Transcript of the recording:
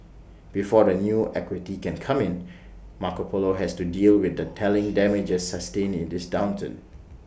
before the new equity can come in Marco Polo has to deal with the telling damages sustained in this downturn